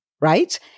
right